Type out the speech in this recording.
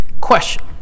question